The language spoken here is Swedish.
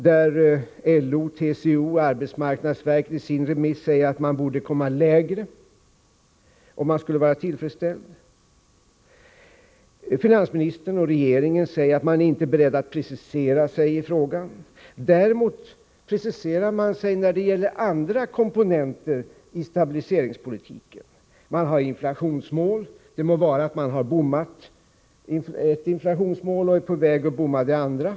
Där har LO, TCO och arbetsmarknadsverket i sina remissvar sagt att man borde komma lägre om man skall vara tillfredsställd. Finansministern och regeringen säger att man inte är beredd att precisera sig i frågan. Däremot preciserar sig regeringen när det gäller andra komponenter i stabiliseringspolitiken. Regeringen har inflationsmål — det må vara att man har misslyckats med ett och är på väg att missa det andra.